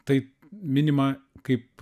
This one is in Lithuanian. tai minima kaip